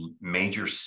major